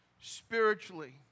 spiritually